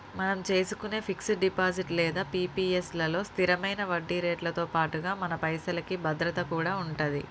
మనం చేసుకునే fixed deposit లేదా పి.పి.ఎస్ లలో స్థిరమైన వడ్డీరేట్లతో పాటుగా మన పైసలకి భద్రత కూడా ఉంటది